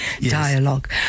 dialogue